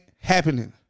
happening